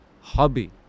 hobby